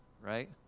Right